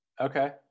Okay